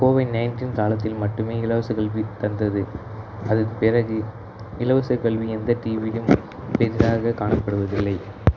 CoWIN nineteen காலத்தில் மட்டுமே இலவசக் கல்வி தந்தது அதுக்குப் பிறகு இலவசக்கல்வி எந்த டிவியிலும் பெரிதாகக் காணப்படுவதில்லை